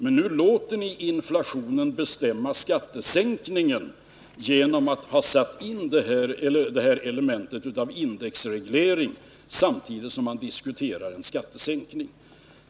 Men nu låter ni inflationen bestämma skattesänkningen genom att ha satt in det här elementet av indexreglering samtidigt som man diskuterar en skattesänkning.